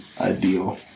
ideal